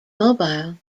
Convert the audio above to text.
mobile